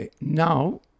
Now